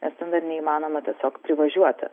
nes ten dar neįmanoma tiesiog privažiuoti